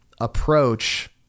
approach